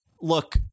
look